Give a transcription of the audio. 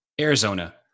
Arizona